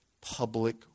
public